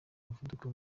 muvuduko